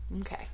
okay